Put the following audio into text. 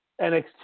NXT